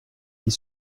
dit